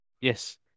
yes